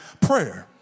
prayer